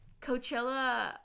Coachella